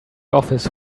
office